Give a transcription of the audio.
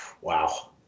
wow